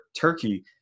turkey